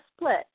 split